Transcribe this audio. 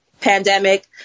pandemic